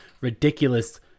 ridiculous